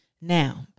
Now